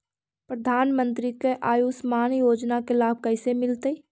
प्रधानमंत्री के आयुषमान योजना के लाभ कैसे मिलतै?